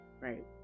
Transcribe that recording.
right